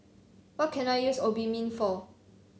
what can I use Obimin for